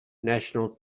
national